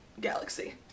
galaxy